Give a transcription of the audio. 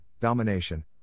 domination